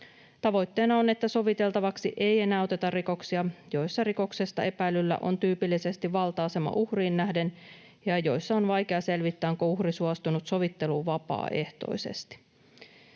Tavoitteena on, että soviteltavaksi ei enää oteta rikoksia, joissa rikoksesta epäillyllä on tyypillisesti valta-asema uhriin nähden ja joissa on vaikea selvittää, onko uhri suostunut sovitteluun vapaaehtoisesti.